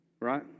Right